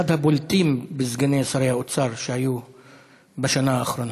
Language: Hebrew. אחד הבולטים בסגני שרי האוצר שהיו בשנה האחרונה.